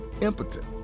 impotent